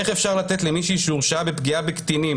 איך אפשר לתת למישהי שהורשעה בפגיעה בקטינים